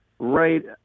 right